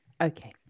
Okay